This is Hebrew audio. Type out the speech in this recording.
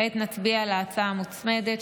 כעת נצביע על ההצעה המוצמדת,